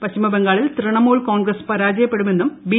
പശ്ചിമ ബംഗാളിൽ തൃണമൂൽ കോൺഗ്രസ് പരാജയപ്പെടുമെന്നും ബി